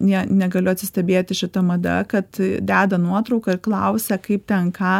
ne negaliu atsistebėti šita mada kad deda nuotrauką ir klausia kaip ten ką